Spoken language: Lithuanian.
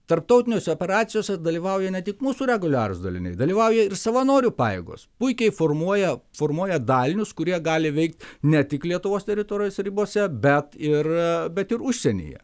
tarptautinėse operacijose dalyvauja ne tik mūsų reguliarūs daliniai dalyvauja ir savanorių pajėgos puikiai formuoja formuoja dalinius kurie gali veikt ne tik lietuvos teritorijos ribose bet ir bet ir užsienyje